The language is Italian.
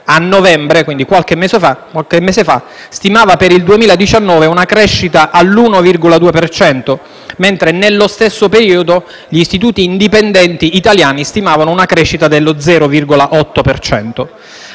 a novembre (quindi qualche mese fa) stimava per il 2019 una crescita all'1,2 per cento, mentre, nello stesso periodo, gli istituti indipendenti italiani stimavano uno 0,8